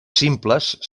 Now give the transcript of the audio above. simples